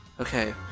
Okay